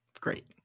great